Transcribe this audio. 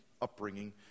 upbringing